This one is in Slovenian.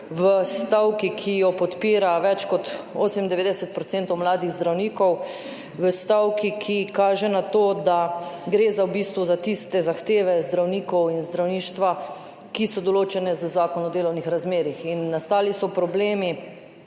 v stavki, ki jo podpira več kot 98 % mladih zdravnikov, v stavki, ki kaže na to, da gre v bistvu za tiste zahteve zdravnikov in zdravništva, ki so določene z Zakonom o delovnih razmerjih. Nastali so problemi,